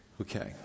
Okay